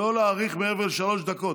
לא להאריך מעבר לשלוש דקות.